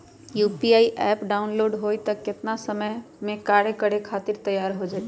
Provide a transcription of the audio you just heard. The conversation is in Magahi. यू.पी.आई एप्प डाउनलोड होई त कितना समय मे कार्य करे खातीर तैयार हो जाई?